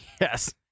yes